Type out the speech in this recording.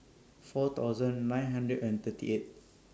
four thousand nine hundred and thirty eighth